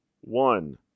one